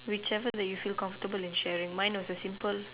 whichever that you feel comfortable in sharing mine was the simple